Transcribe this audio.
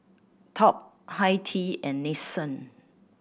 Top Hi Tea and Nixon